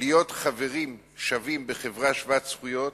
להיות חברים שווים בחברה שוות-זכויות,